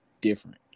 different